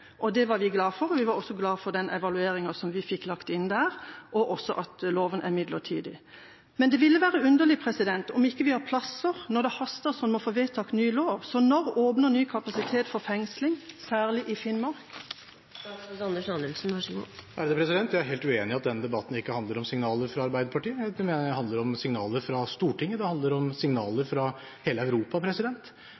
Det var vi glade for, og vi var også glade for den evalueringa som vi fikk lagt inn der, og også for at loven er midlertidig. Men det ville være underlig om vi ikke har plasser når det haster sånn med å få vedtatt ny lov, så når åpner ny kapasitet for fengsling, særlig i Finnmark? Jeg er helt uenig i at denne debatten ikke handler om signaler fra Arbeiderpartiet. Det handler om signaler fra Stortinget, det handler om signaler fra hele Europa.